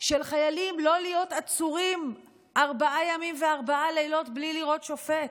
של חיילים לא להיות עצורים ארבעה ימים וארבעה לילות בלי לראות שופט.